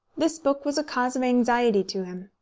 this book was a cause of anxiety to him.